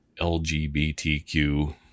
LGBTQ